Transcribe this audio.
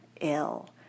ill